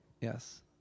Yes